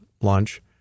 lunch